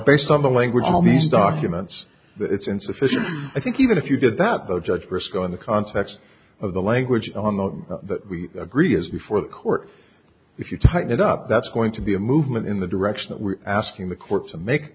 based on the language i mean documents that it's insufficient i think even if you did that the judge briscoe in the context of the language on that we agree is before the court if you tighten it up that's going to be a movement in the direction that we're asking the court to make